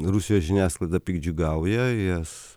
rusijos žiniasklaida piktdžiugiauja jas